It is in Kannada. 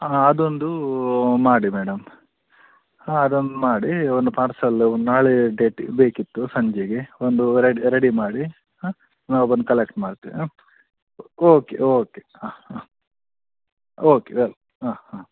ಅದೊಂದು ಮಾಡಿ ಮೇಡಮ್ ಹಾಂ ಅದೊಂದು ಮಾಡಿ ಒಂದು ಪಾರ್ಸಲ್ ಒಂದು ನಾಳೆ ಡೇಟಿಗೆ ಬೇಕಿತ್ತು ಸಂಜೆಗೆ ಒಂದು ರೆಡಿ ರೆಡಿ ಮಾಡಿ ಹಾಂ ನಾವು ಬಂದು ಕಲೆಕ್ಟ್ ಮಾಡ್ತೀವಿ ಹಾಂ ಓಕೆ ಓಕೆ ಹಾಂ ಹಾಂ ಓಕೆ ವೆಲ್ ಹಾಂ ಹಾಂ